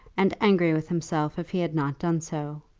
and angry with himself if he had not done so.